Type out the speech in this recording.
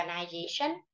organization